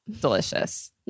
delicious